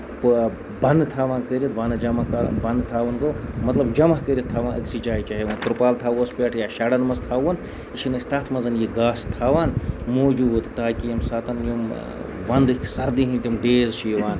بَنہٕ تھاوان کٔرِتھ بَنہٕ جمع کَرُن بَنہٕ جمع تھاوُن گوٚو مطلب جمع کٔرِتھ تھاوان أکسی جایہِ چاہے وۄنۍ ترپال تھاوہوس پٮ۪ٹھ یا شیڈَن منحز تھاوہون یہِ چھِن أسۍ تَتھ منٛز گاسہٕ تھاوان موجوٗد تاکہِ ییٚمہِ ساتہٕ یِم وَندٕکۍ سَردی ہِندۍ یِم ڈیز چھِ یِوان